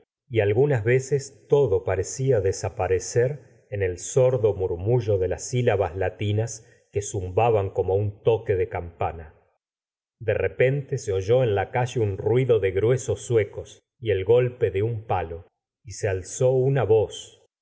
y algunas veces todo parecía desaparecer en el sordo murmullo de las silabas latinas que zumbabam como un toque de campana de repente se oyó en la calle un ruido de gruesos zuecos y el golpe de un palo y se alzó una voz